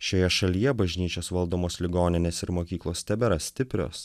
šioje šalyje bažnyčios valdomos ligoninės ir mokyklos tebėra stiprios